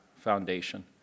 foundation